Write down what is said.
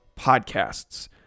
podcasts